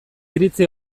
iritzi